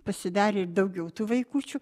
pasidarė ir daugiau tų vaikučių